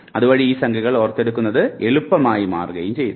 അതുവഴി ഈ സംഖ്യകൾ ഓർത്തെടുക്കുന്നത് വളരെ എളുപ്പമായി മാറുകയും ചെയ്യുന്നു